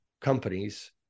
companies